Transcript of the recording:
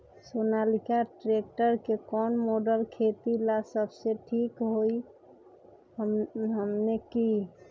Sonalika tractor के कौन model खेती ला सबसे ठीक होई हमने की?